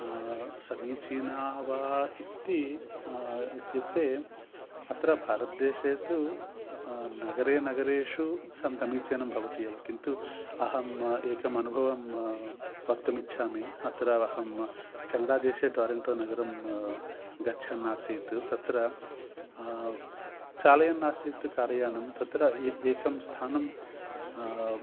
समीचीना वा इति इत्युक्ते अत्र भारतदेशे तु नगरे नगरेषु सम् समीचीनं भवति एव किन्तु अहम् एकम् अनुभवं वक्तुम् इच्छामि अत्र अहं केनडा देशे टोरन्टो नगरं गच्छन् असीत् तत्र चालयन्नासीत् कार्यानं तत्र ए एकं स्थानं